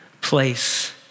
place